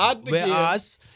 Whereas